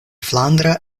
flandra